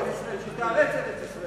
שתאלץ את ארץ-ישראל.